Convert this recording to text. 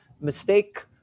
mistake